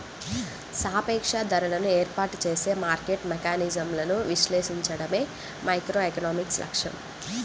సాపేక్ష ధరలను ఏర్పాటు చేసే మార్కెట్ మెకానిజమ్లను విశ్లేషించడమే మైక్రోఎకనామిక్స్ లక్ష్యం